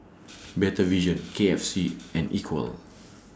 Better Vision K F C and Equal